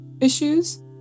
issues